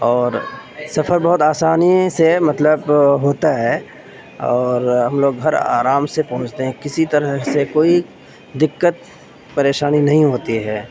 اور سفر بہت آسانی سے مطلب ہوتا ہے اور ہم لوگ گھر آرام سے پہنچتے ہیں کسی طرح سے کوئی دقت پریشانی نہیں ہوتی ہے